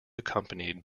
accompanied